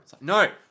No